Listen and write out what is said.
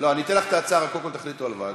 אני אתן לך את ההצעה, רק קודם כול תחליטו על ועדה.